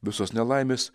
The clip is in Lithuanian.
visos nelaimės